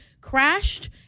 crashed